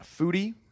Foodie